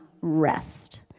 rest